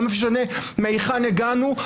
לא משנה מהיכן הגענו,